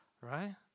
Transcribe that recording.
Right